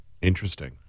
Interesting